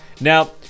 Now